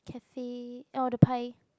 cafe oh the pie